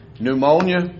Pneumonia